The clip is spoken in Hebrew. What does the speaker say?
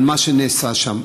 על מה שנעשה שם.